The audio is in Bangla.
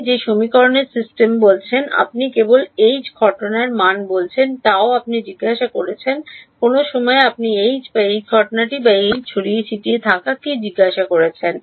আপনি যে সমীকরণের সিস্টেমে বলছেন আপনি কেবল H ঘটনার মান বলছেন Γ আপনি জিজ্ঞাসা করছেন কোন সময় আপনি H বা H ঘটনাটি বা এইচ ছড়িয়ে ছিটিয়ে থাকা কী জিজ্ঞাসা করছেন